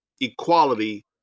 equality